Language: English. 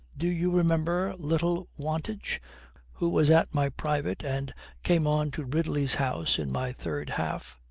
do you remember little wantage who was at my private and came on to ridley's house in my third half?